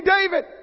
David